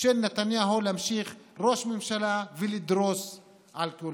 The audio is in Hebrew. של נתניהו להמשיך להיות ראש ממשלה ולדרוס את כולם.